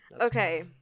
Okay